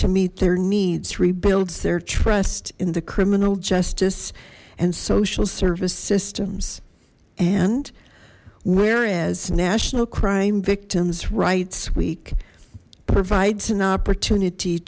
to meet their needs rebuilds their trust in the criminal justice and social service systems and whereas national crime victims rights week provides an opportunity